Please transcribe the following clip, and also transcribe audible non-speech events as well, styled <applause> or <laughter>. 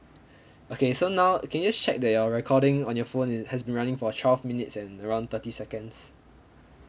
<breath> okay so now can you just check that you're recording on your phone it has been running for twelve minutes and around thirty seconds